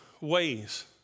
ways